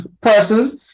persons